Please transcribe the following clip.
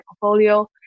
portfolio